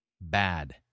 bad